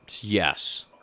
Yes